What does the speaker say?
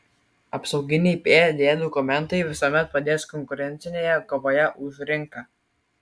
apsauginiai pd dokumentai visuomet padės konkurencinėje kovoje už rinką